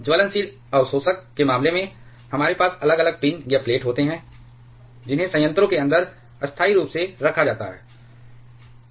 ज्वलनशील अवशोषक के मामले में हमारे पास अलग अलग पिन या प्लेट होते हैं जिन्हें संयंत्रों के अंदर स्थायी रूप से रखा जाता है